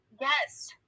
yes